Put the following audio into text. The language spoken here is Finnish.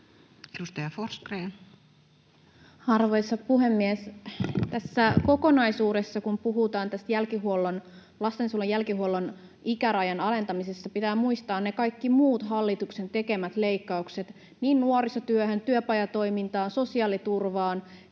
16:23 Content: Arvoisa puhemies! Tässä kokonaisuudessa, kun puhutaan tästä lastensuojelun jälkihuollon ikärajan alentamisesta, pitää muistaa ne kaikki muut hallituksen tekemät leikkaukset niin nuorisotyöhön, työpajatoimintaan kuin sosiaaliturvaan